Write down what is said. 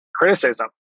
criticism